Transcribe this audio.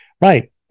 Right